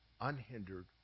unhindered